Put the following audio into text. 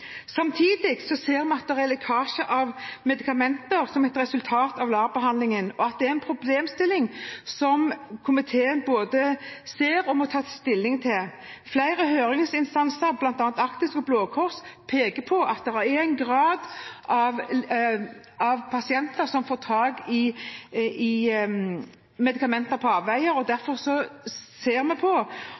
Samtidig ser vi at det er en lekkasje av medikamenter som et resultat av LAR-behandlingen, og at det er en problemstilling som komiteen må ta stilling til. Flere høringsinstanser, bl.a. Actis og Blå Kors, peker på at det er en del pasienter som får tak i medikamenter på avveie. Derfor ser vi